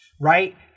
right